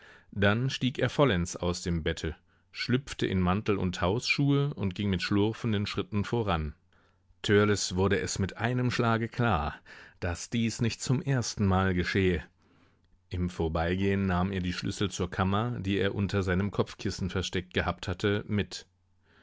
dann stieg er vollends aus dem bette schlüpfte in mantel und hausschuhe und ging mit schlurfenden schritten voran törleß wurde es mit einem schlage klar daß dies nicht zum erstenmal geschehe im vorbeigehen nahm er die schlüssel zur kammer die er unter seinem kopfkissen versteckt gehabt hatte mit